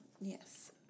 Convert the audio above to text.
Yes